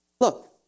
Look